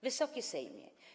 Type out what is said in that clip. Wysoki Sejmie!